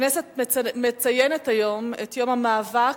הכנסת מציינת היום את יום המאבק,